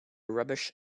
rubbish